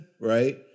right